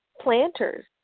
planters